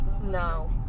No